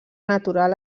natural